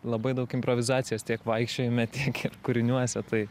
labai daug improvizacijos tiek vaikščiojime tiek ir kūriniuose tai